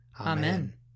Amen